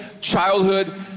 childhood